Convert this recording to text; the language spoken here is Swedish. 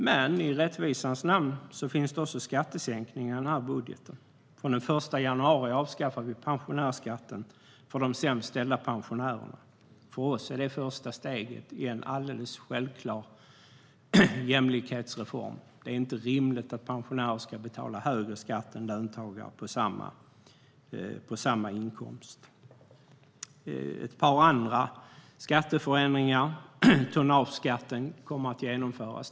Men i rättvisans namn finns det också skattesänkningar i den här budgeten. Från och med den 1 januari avskaffar vi pensionärsskatten för de sämst ställda pensionärerna. För oss är det första steget i en alldeles självklar jämlikhetsreform. Det är inte rimligt att pensionärer ska betala högre skatt än löntagare på samma inkomst. Jag ska nämna ett par andra skatteförändringar. Tonnageskatten kommer att genomföras.